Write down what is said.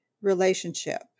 Relationship